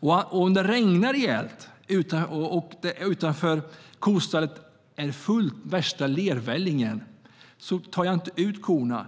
Och om det regnar rejält, så att det är värsta lervällingen utanför kostallet, och jag inte tar ut korna,